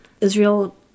Israel